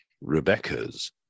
Rebecca's